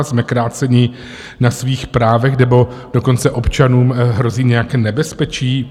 Jsme kráceni na svých právech, nebo dokonce občanům hrozí nějaké nebezpečí?